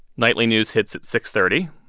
nightly news hits at six thirty,